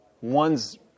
one's